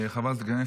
תודה רבה.